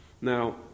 Now